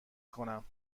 کنم